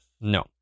No